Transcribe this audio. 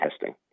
testing